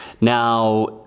Now